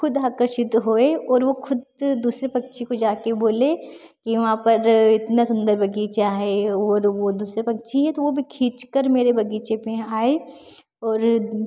ख़ुद आकर्षित हुए और वह ख़ुद दूसरे पक्षी को जा कर बोले कि वहाँ पर इतना सुन्दर बगीचा है और वह दूसरे पक्षी है तो वह भी खींच कर मेरे बगीचे पर आए और